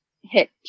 hit